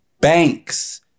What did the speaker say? Banks